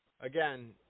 again